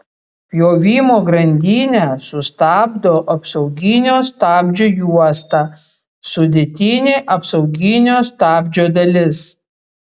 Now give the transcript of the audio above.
pjovimo grandinę sustabdo apsauginio stabdžio juosta sudėtinė apsauginio stabdžio dalis